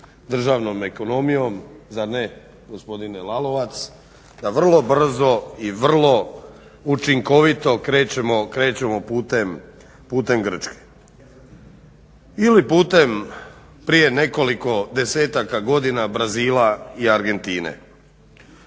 državnom ekonomijom zar ne gospodine Lalovac, da vrlo brzo i vrlo učinkovito krećemo putem Grčke ili putem prije nekoliko desetaka godina Brazila i Argentine.